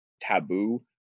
taboo